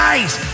Guys